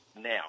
now